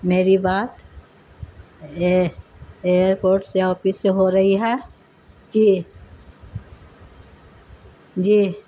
میری بات airport سے آفس سے ہو رہی ہے جی جی